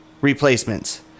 replacements